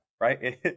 right